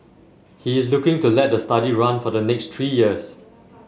he is looking to let the study run for the next three years